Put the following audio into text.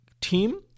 team